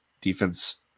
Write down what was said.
defense